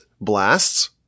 blasts